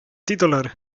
titolare